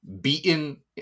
beaten